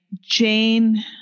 Jane